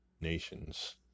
nations